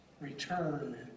return